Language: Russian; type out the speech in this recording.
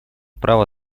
право